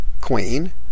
queen